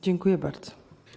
Dziękuję bardzo.